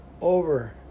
over